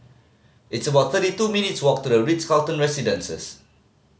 it's about thirty two minutes' walk to The Ritz Carlton Residences